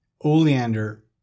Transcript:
oleander